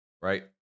right